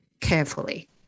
carefully